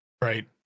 Right